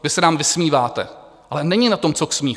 Vy se nám vysmíváte, ale není na tom co k smíchu.